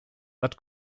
but